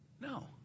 No